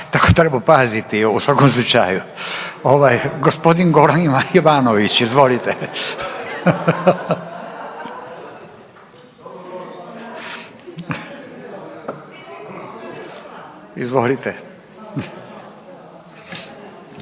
da treba paziti u svakom slučaju. Gospodin Goran Ivanović, izvolite. **Ivanović,